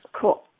Cool